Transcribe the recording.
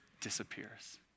disappears